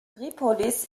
tripolis